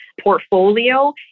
portfolio